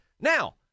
Now